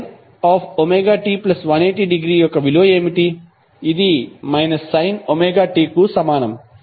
sin ωt180 యొక్క విలువ ఏమిటి ఇది sin ωt కు సమానం